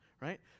right